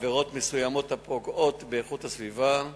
עבירות מסוימות הפוגעות באיכות הסביבה ועוד.